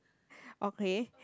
okay